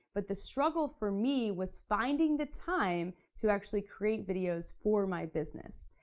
but the struggle for me was finding the time to actually create videos for my business.